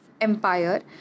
empire